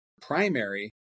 primary